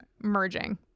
merging